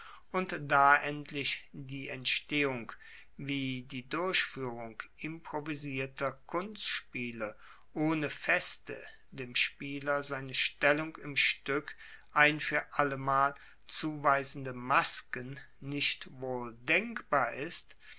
und da endlich die entstehung wie die durchfuehrung improvisierter kunstspiele ohne feste dem spieler seine stellung im stueck ein fuer allemal zuweisende masken nicht wohl denkbar ist